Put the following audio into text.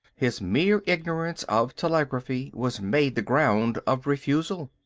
his mere ignorance of telegraphy was made the ground of refusal.